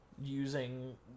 using